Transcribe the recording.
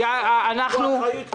יש לו אחריות כוללת.